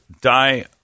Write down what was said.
Die